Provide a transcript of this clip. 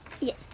Yes